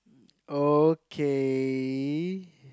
okay